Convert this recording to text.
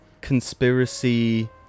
conspiracy